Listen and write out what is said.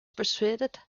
persuaded